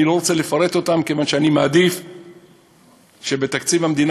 אני לא רוצה לפרט אותם כיוון שאני מעדיף שבתקציב המדינה,